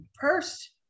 First